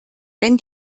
wenn